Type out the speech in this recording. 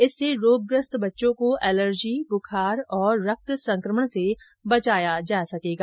इससे रोगग्रस्त बच्चों को एलर्जी बुखार और रक्त संक्रमण से बचाया जा सकेगा